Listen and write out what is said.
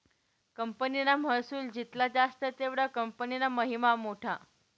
कंपनीना महसुल जित्ला जास्त तेवढा कंपनीना महिमा मोठा